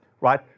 right